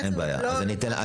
אין בעיה, אני אתן לך.